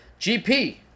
GP